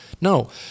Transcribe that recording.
no